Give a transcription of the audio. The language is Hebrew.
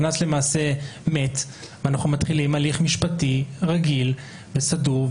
למעשה הקנס מת ואנחנו מתחילים הליך משפטי רגיל וסדור,